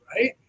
right